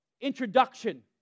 introduction